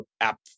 app